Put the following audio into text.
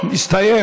הסתיים.